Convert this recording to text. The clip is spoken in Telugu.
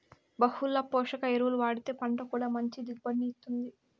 బహుళ పోషక ఎరువులు వాడితే పంట కూడా మంచి దిగుబడిని ఇత్తుంది